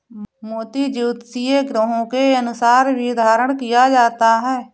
मोती ज्योतिषीय ग्रहों के अनुसार भी धारण किया जाता है